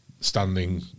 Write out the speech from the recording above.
standing